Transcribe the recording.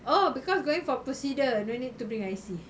oh because going for procedure no need to bring I_C